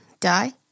die